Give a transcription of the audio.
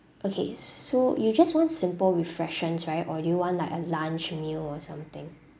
okay so you just want simple refreshments right or do you want like a lunch meal or something